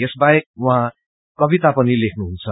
यसबाहेक उहाँ कविताहरू पनि लेचनुहुन्छ